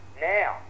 Now